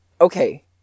okay